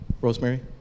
Rosemary